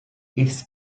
its